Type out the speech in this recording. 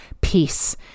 peace